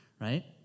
right